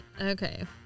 okay